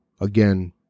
again